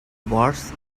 bars